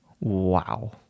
Wow